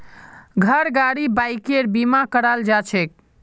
घर गाड़ी बाइकेर बीमा कराल जाछेक